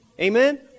Amen